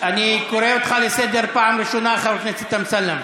אני קורא אותך לסדר פעם ראשונה, חבר הכנסת אמסלם.